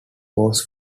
was